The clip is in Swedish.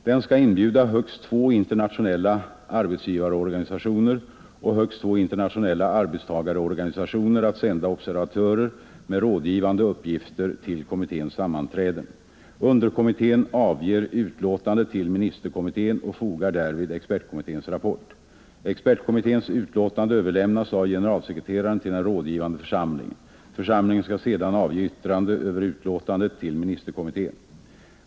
Den skall inbjuda högst två internationella arbetsgivarorganisationer och högst två internationella arbetstagarorganisationer att sända observatörer med rådgivande uppgifter till kommitténs sammanträden. Underkommittén avger utlåtande till ministerkommittén och fogar därvid expertkommitténs rapport. Expertkommitténs utlåtande överlämnas av generalsekreteraren till den rådgivande församlingen. Församlingen skall sedan avge yttrande över utlåtandet till ministerkommittén.